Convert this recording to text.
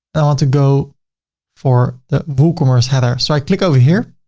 i want to go for the woocommerce header. so i click over here.